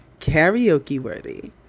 karaoke-worthy